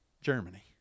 Germany